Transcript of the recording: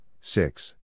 six